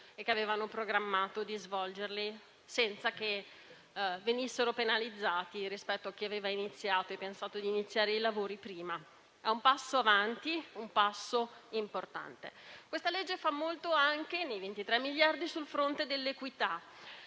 e che avevano programmato di svolgerli, senza che venissero penalizzati rispetto a chi aveva iniziato e pensato di iniziare i lavori prima. È un passo avanti, un passo importante. Questa legge fa molto anche sul fronte dell'equità;